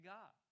God